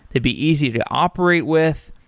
they'd be easy to operate with,